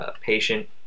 patient